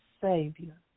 Savior